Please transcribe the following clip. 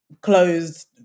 closed